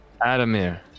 Adamir